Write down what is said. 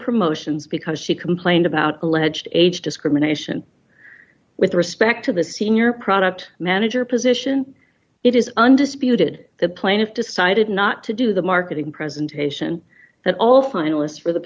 promotions because she complained about alleged age discrimination with respect to the senior product manager position it is undisputed the plaintiff decided not to do the marketing presentation that all finalists for the